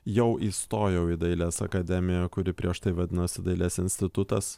jau įstojau į dailės akademiją kuri prieš tai vadinosi dailės institutas